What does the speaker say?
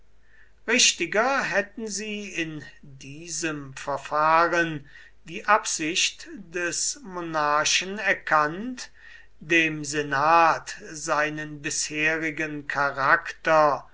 richtiger hätten sie in diesem verfahren die absicht des monarchen erkannt dem senat seinen bisherigen charakter